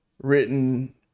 written